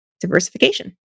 diversification